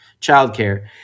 childcare